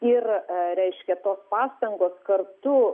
ir reiškia tos pastangos kartu